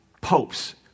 popes